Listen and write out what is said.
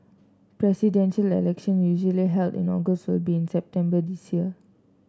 presidential usually held in August will be in September this year